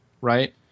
right